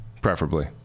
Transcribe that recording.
preferably